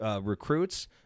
recruits